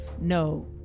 no